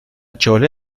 chole